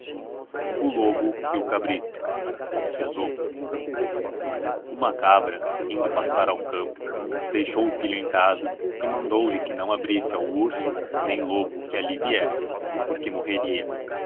o lobo e o cabrito h uma cabra indo pastar ao campo y deixou o filho em casa e mndou lhe que naô abrisse ao usso nem lobo que alli viesse porque morreria